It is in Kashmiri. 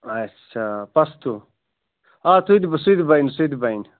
اَچھا پَستوٗ آ سُہ تہِ سُہ تہِ بَنہِ سُہ تہِ بَنہِ